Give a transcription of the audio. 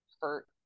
hurt